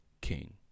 king